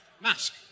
Mask